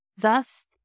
Thus